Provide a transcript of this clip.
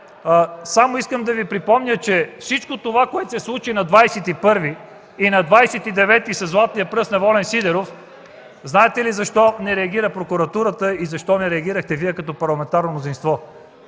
Само искам да Ви припомня, че на всичко това, което се случи на 21 и на 29 със златния пръст на Волен Сидеров, знаете ли защо не реагира Прокуратурата и защо не реагирахте Вие, като парламентарно мнозинство